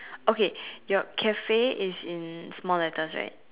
okay your Cafe is in small letters right